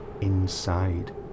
inside